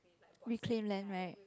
reclaimed land [right]